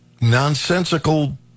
nonsensical